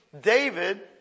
David